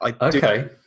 Okay